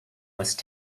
must